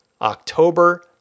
October